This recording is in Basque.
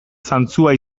zantzua